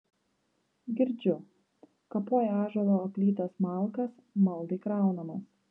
girdžiu kapoja ąžuolo aplytas malkas maldai kraunamas